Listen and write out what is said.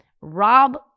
Rob